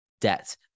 debt